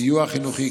סיוע חינוכי,